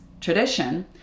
tradition